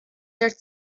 der